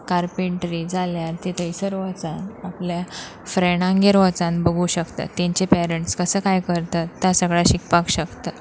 carpentry जाल्यार ती थंयसर वचन आपल्या फ्रेंडांगेर वोचन बगूं शकता तेंचे पेरंट्स कसो कांय करतात ते सगळं शिकपाक शकता